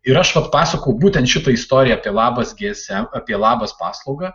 ir aš vat pasakojau būtent šitą istoriją apie labas gie es em apie labas paslaugą